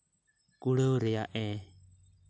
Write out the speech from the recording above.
ᱠᱩᱲᱟᱹᱣ ᱨᱮᱭᱟᱜ ᱮ